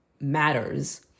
matters